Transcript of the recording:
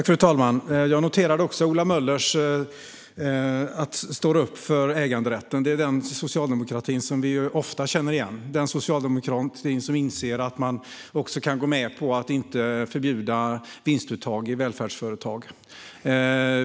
Fru talman! Jag noterade att Ola Möller stod upp för äganderätten. Det är den socialdemokrati som vi känner igen och tycker om. Det är den socialdemokrati som också går med på att inte förbjuda vinstuttag i välfärdsföretag.